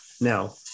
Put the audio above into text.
Now